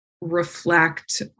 reflect